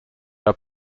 are